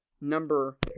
Number